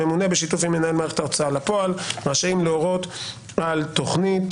הממונה בשיתוף עם מנהל מערכת ההוצאה לפועל רשאים להורות על תכנית